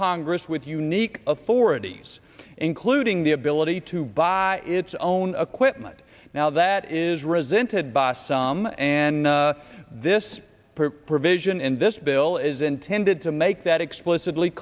congress with unique authorities including the ability to buy it's own equipment now that is resent it by some and this provision in this bill is intended to make that explicitly